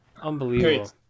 Unbelievable